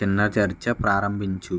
చిన్న చర్చ ప్రారంభించు